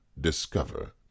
discover